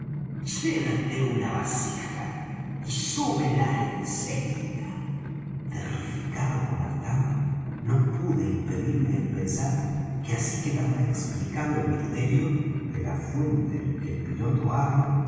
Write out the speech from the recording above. llénate una vasija y súbela en seguida terrificado como estaba no pude impedirme el pensar que así quedaba explicado el misterio de la fuente en que el piloto arrow